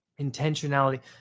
intentionality